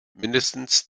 mindestens